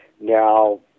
Now